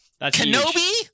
Kenobi